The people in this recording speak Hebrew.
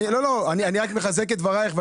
אני רק מחזק את דבריך.